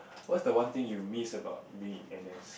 what's the one thing you miss about being in n_s